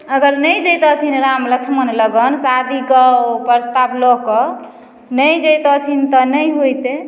अगर नहि जैततथिन राम लक्ष्मण लगन शादीके प्रस्ताव लअ कऽ नहि जैततथिन तऽ नहि होइतइ